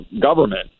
government